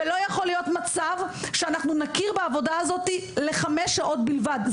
לא יכול להיות מצב שאנחנו נכיר בעבודה הזאת לחמש שעות בלבד,